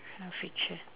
feature